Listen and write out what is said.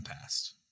past